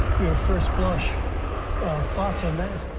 your first blush thoughts on that.